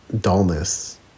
dullness